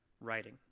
writing